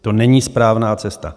To není správná cesta